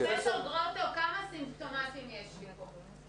פרופ' גרוטו, כמה סימפטומטיים יש פה?